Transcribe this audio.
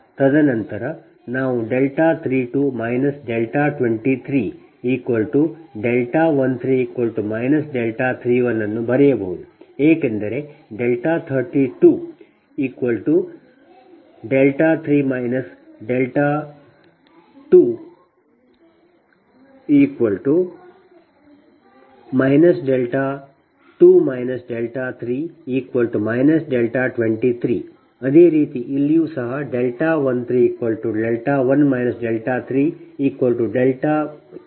ತದನಂತರ ನಾವು 32 23 ಮತ್ತು 13 31ಅನ್ನು ಬರೆಯಬಹುದು ಏಕೆಂದರೆ 323 2 2 3 23 ಅದೇ ರೀತಿ ಇಲ್ಲಿಯೂ ಸಹ 131 3 3 1 31